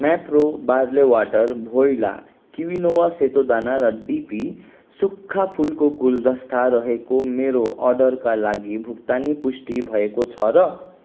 Mapro barley water भोइला quinoa सेतो दाना र डिपी सुक्खा फुलको गुलदस्ता रहेको मेरो अर्डरका लागि भुक्तानी पुष्टि भएको छ र